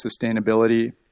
sustainability